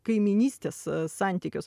kaimynystės santykius